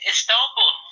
Istanbul